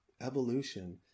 evolution